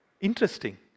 Interesting